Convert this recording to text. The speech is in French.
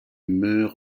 meurt